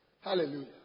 Hallelujah